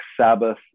Sabbath